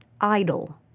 idle